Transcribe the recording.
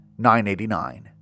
989